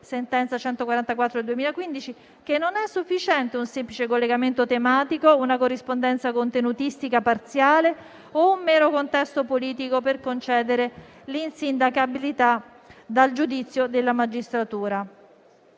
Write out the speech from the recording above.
sentenza n. 144 del 2015, secondo la quale non è sufficiente un semplice collegamento tematico o una corrispondenza contenutistica parziale o un mero contesto politico per concedere l'insindacabilità dal giudizio della magistratura.